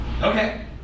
okay